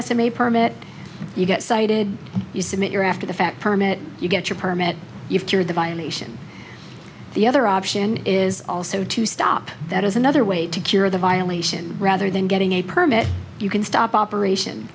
estimate permit you get cited you submit your after the fact permit you get your permit if you're the violation the other option is also to stop that is another way to cure the violation rather than getting a permit you can stop operation